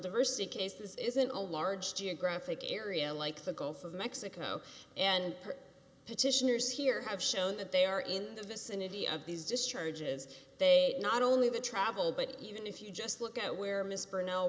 diversity case this isn't a large geographic area like the gulf of mexico and petitioners here have shown that they are in the vicinity of these discharges they not only have a travel but even if you just look at where mispronounce